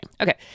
Okay